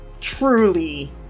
truly